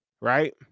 right